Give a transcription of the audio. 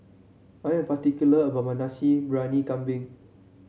I am particular about my Nasi Briyani Kambing